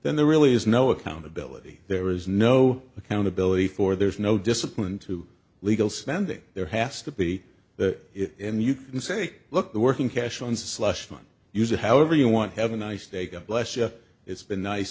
then there really is no accountability there is no accountability for there's no discipline to legal standing there has to be that and you can say look the working cash on slush fund use it however you want have a nice day god bless you it's been